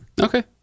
Okay